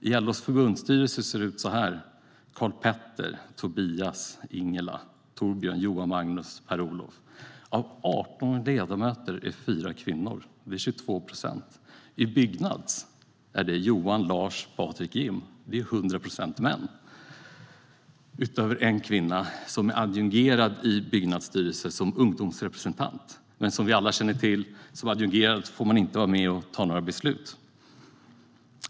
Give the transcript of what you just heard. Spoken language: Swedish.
I LO:s förbundsstyrelse ser det ut så här: Karl Petter, Tobias, Ingela, Torbjörn, Johan, Magnus och Per-Olof. Av 18 ledamöter är 4 kvinnor. Det är 22 procent. I Byggnads är det Johan, Lars, Patrik och Jim. Det är 100 procent män, utöver en kvinna som är adjungerad i Byggnads styrelse som ungdomsrepresentant. Men som vi alla känner till får man som adjungerad inte vara med och fatta några beslut.